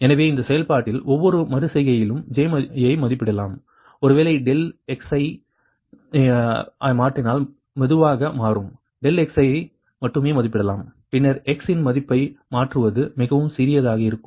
எனவே இந்தச் செயல்பாட்டில் ஒவ்வொரு மறு செய்கையிலும் J ஐ மதிப்பிடலாம் ஒருவேளை டெல் ∆xi ஐ மாற்றினால் மெதுவாக மாறும் ∆x ஐ மட்டுமே மதிப்பிடலாம் பின்னர் x இன் மதிப்பை மாற்றுவது மிகவும் சிறியதாக இருக்கும்